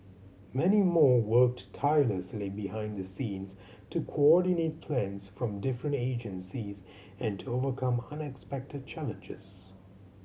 many more worked tirelessly behind the scenes to coordinate plans from different agencies and to overcome unexpected challenges